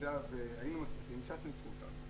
אם היינו מצליחים ש"ס ניצחו אותנו.